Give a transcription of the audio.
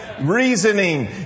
reasoning